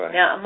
Now